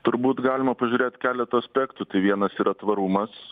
turbūt galima pažiūrėt keletu aspektų tai vienas yra tvarumas